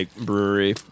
brewery